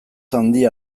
handia